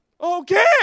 Okay